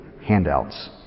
handouts